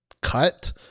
cut